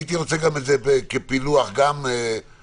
צריך לזכור שבאמת חלה ירידה במספר הבדיקות,